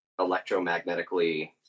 electromagnetically